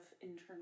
internal